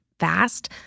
fast